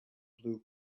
blue